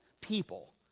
people